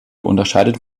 unterscheidet